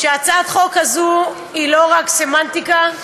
כי הצעת החוק הזאת היא לא רק סמנטיקה,